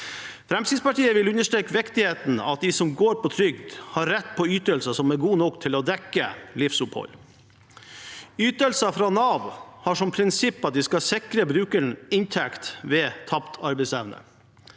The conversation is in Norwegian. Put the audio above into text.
Fremskrittspartiet vil understreke viktigheten av at de som går på trygd, har rett på ytelser som er gode nok til å dekke livsopphold. Ytelser fra Nav har som prinsipp at de skal sikre brukeren inntekt ved tapt arbeidsevne,